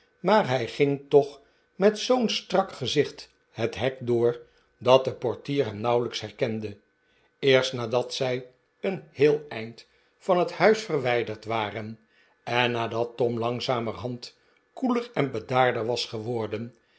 maar hij ging toch met zoo'n strak gezicht het hek door dat de portier hem nauwelijks herkende eerst nadat zij een heel eind van het huis verwijderd waren en nadat tom langzamerhand koeler en bedaarder was geworden